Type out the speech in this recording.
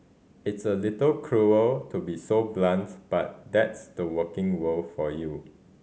it's a little cruel to be so blunt but that's the working world for you